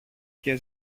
και